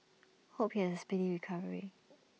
hope he has A speedy recovery